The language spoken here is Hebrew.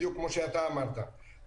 בדיוק כמו שאתה אמרת,